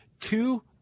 Two